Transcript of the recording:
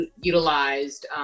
utilized